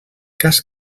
cas